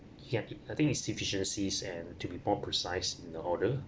yeah I think its deficiencies and to be more precise in the order